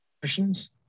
Questions